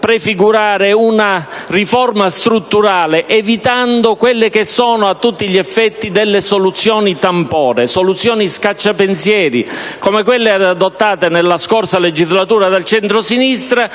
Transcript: prefigurare una riforma strutturale, evitando quelle che sono a tutti gli effetti soluzioni tampone, scacciapensieri, come quelle adottate nella scorsa legislatura dal centrosinistra,